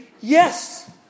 Yes